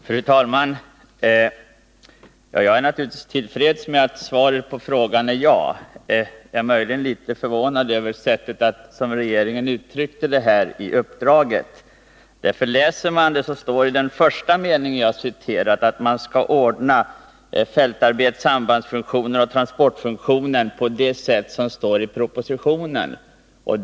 Fru talman! Jag är naturligtvis till freds med att svaret på min fråga är ja. Jag är möjligen litet förvånad över det sätt på vilket regeringen uttryckte sig i det givna uppdraget. I den första av mig citerade meningen heter det nämligen att man särskilt skall beakta vad som i propositionens sägs om fältarbetsoch sambandsfunktionerna samt transportfunktionen.